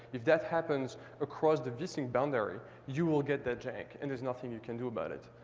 if that happens across the vsync boundary, you will get the jank. and there's nothing you can do about it.